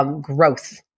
growth